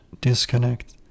disconnect